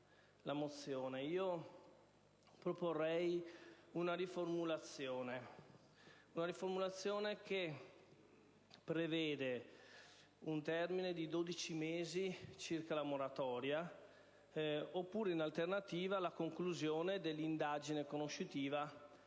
proporrei una riformulazione che preveda un termine dell'ordine di 12 mesi per la moratoria, oppure, in alternativa, la conclusione dell'indagine conoscitiva